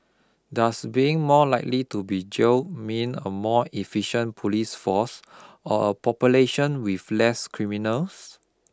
does being more likely to be jailed mean a more efficient police force or a population with less criminals